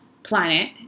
planet